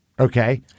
Okay